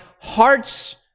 heart's